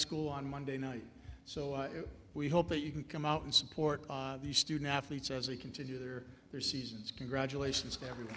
school on monday night so we hope that you can come out and support the student athletes as they continue their their seasons congratulations every